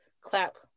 Clap